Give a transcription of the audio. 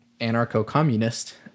anarcho-communist